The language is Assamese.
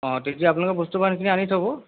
অঁ তেতিয়া আপোনালোকে বস্তু বাহানিখিনি আনি থ'ব